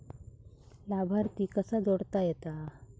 लाभार्थी कसा जोडता येता?